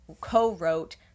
co-wrote